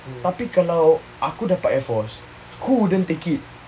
tapi kalau aku dapat air force who wouldn't take it